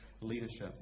leadership